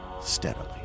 steadily